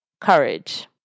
courage